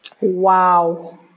Wow